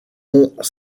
ont